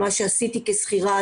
מה שעשיתי כשכירה,